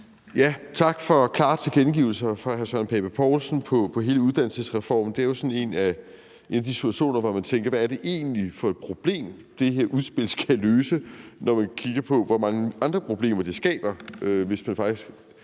Tak for klare tilkendegivelser fra hr. Søren Pape Poulsen om hele uddannelsesreformen. Det er jo sådan en af de situationer, hvor man tænker, hvad det egentlig er for et problem, det her udspil skal løse, når man kigger på, hvor mange andre problemer det skaber, hvis man faktisk